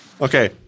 Okay